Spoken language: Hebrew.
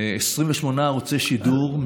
28 ערוצים שידור,